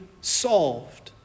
solved